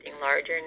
larger